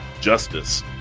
Justice